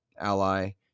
ally